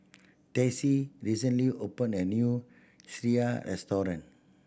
Tessie recently opened a new sireh restaurant